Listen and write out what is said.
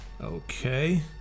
Okay